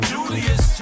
Julius